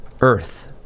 Earth